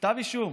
כתב אישום,